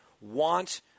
want